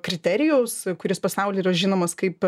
kriterijaus kuris pasauly yra žinomas kaip